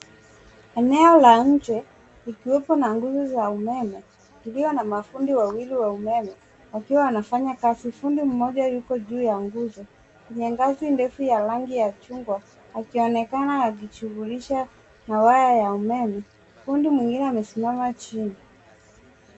Eneo la nje likiwepo na nguzo za umeme iliyo na mmafundi wawili wa umeme wakiwa wanafanya kazi. Fundi mmoja yuko juu ya nguzo. Kwenye ngazi ndefu ya rangi ya chungwa akionekana akijishughulisha na waya ya umeme. Fundi mwingine amesimama chini.